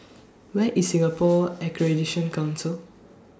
Where IS Singapore Accreditation Council